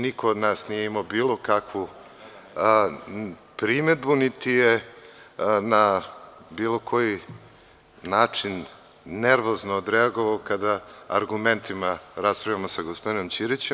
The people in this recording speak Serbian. Niko od nas nije imao bilo kakvu primedbu, niti je na bilo koji način nervozno odreagovao kada argumentima raspravljamo sa gospodinom Ćirićem.